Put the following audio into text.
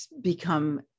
become